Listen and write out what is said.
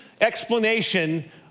explanation